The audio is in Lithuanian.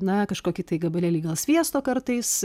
na kažkokį tai gabalėlį gal sviesto kartais